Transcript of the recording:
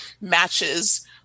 matches